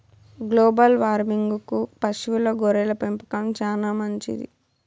global వార్మింగ్కు పశువుల గొర్రెల పెంపకం చానా మంచిది